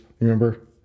remember